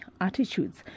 attitudes